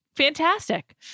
fantastic